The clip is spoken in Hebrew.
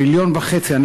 טריליון וחצי,